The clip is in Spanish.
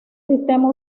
sistema